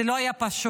זה לא היה פשוט,